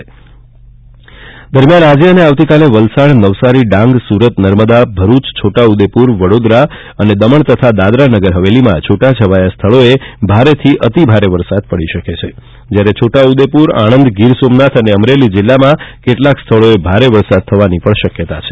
આ દરમ્યાન આજે અને આવતીકાલે વલસાડ નવસારી ડાંગ સુરત નર્મદા ભરૂચ છોટા ઉદેપુર વડોદરા અને દમણ તથા દાદરા નગર હવેલીમાં છૂટાછવાયાં સ્થળોએ ભારેથી અતિભારે વરસાદ પડી શકે છે જ્યારે છોટા ઉદેપુર આણંદ ગીર સોમનાથ અને અમરેલી જિલ્લામાં કેટલાંક સ્થળોએ ભારે વરસાદ થવાની શક્યતા છે